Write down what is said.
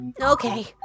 okay